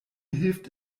hilft